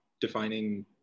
defining